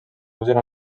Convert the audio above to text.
usen